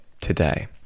today